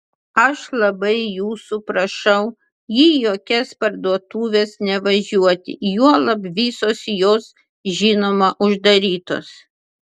aš labai jūsų prašau į jokias parduotuves nevažiuoti juolab visos jos žinoma uždarytos